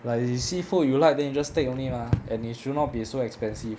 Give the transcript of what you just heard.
like you see food you like then you just take only mah and it should not be so expensive